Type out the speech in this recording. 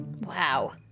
Wow